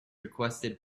requested